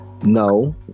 No